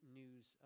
news